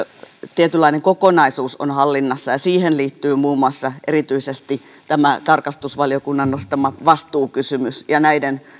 tietynlainen kokonaisuus on hallinnassa siihen liittyy muun muassa erityisesti tämä tarkastusvaliokunnan nostama vastuukysymys ja näiden